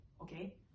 okay